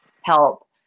help